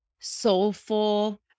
soulful